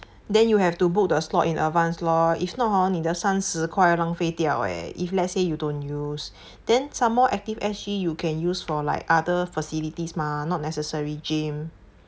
then you have to book the slot in advance lor if not hor 你的三十块浪费掉哦 if let's say you don't use then some more Active S_G you can use for like other facilities mah not necessary gym